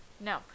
No